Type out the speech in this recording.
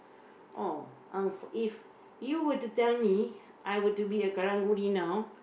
orh uh if you were to tell me I were to be a karang-guni now